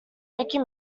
mickey